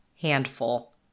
handful